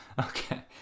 Okay